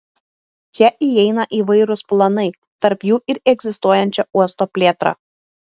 čia įeina įvairūs planai tarp jų ir egzistuojančio uosto plėtra